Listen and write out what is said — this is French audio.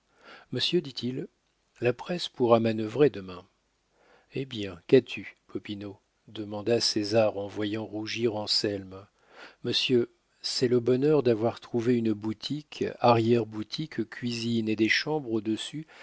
monsieur dit-il la presse pourra manœuvrer demain eh bien qu'as-tu popinot demanda césar en voyant rougir anselme monsieur c'est le bonheur d'avoir trouvé une boutique arrière-boutique cuisine et des chambres